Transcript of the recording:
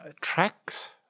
tracks